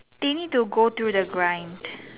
they need to go through the grind